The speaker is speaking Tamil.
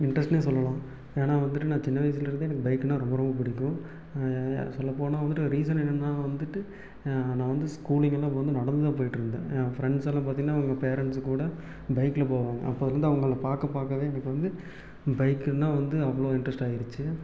இன்ட்ரெஸ்ட்டுனே சொல்லலாம் ஏன்னா வந்துவிட்டு நான் சின்ன வயசுலேருந்தே எனக்கு பைக்குனா ரொம்ப ரொம்ப பிடிக்கும் சொல்லப்போனால் வந்துவிட்டு ரீசன் என்னென்னா வந்துவிட்டு நான் வந்து ஸ்கூலிங்கெல்லாம் அப்போ வந்து நடந்துதான் போய்ட்ருந்தேன் என் ஃப்ரெண்ட்ஸ் எல்லாம் பார்த்திங்கன்னா அவங்க பேரண்ட்ஸ் கூட பைக்கில் போவாங்க அப்போருந்து அவங்கள பார்க்க பார்க்க தான் எனக்கு வந்து பைக்குனா வந்து அவ்வளோ இன்ட்ரெஸ்ட்டாகிருச்சி